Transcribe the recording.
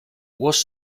was